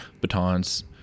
batons